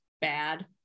bad